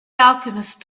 alchemist